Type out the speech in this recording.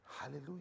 Hallelujah